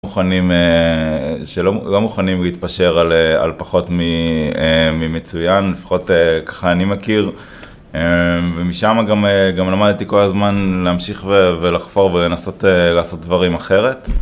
שלא מוכנים להתפשר על פחות ממצוין, לפחות ככה אני מכיר, ומשם גם למדתי כל הזמן להמשיך ולחפור ולנסות לעשות דברים אחרת.